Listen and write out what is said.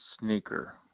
sneaker